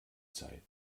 zeit